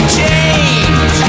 change